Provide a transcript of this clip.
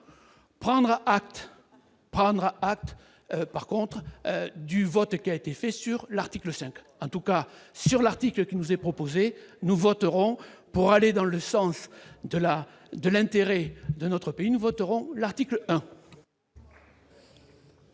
par contre du vote qui a été fait sur l'article 5 en tout cas sur l'article qui nous est proposé, nous voterons pour aller dans le sens de la, de l'intérêt de notre pays, nous voterons l'article 1.